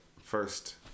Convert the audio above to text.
first